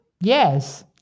yes